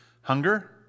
hunger